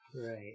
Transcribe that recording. Right